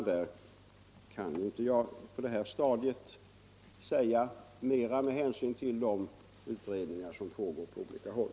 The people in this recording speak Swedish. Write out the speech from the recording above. Därvidlag kan jag inte på det här stadiet säga mera med hänsyn till de utredningar som pågår på olika håll.